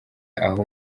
aho